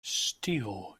steel